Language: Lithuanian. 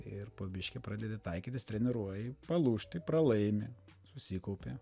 ir po biškį pradedi taikytis treniruoji palūžti pralaimi susikaupi